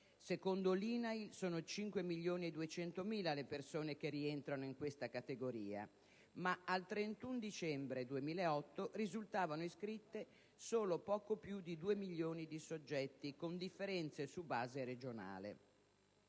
Secondo l'INAIL, sono 5 milioni e 200.000 le persone che rientrano in questa categoria, ma al 31 dicembre 2008 risultavano iscritti solo poco più di 2 milioni di soggetti con differenze su base regionale.